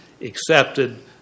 accepted